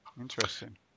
Interesting